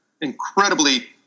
incredibly